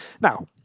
Now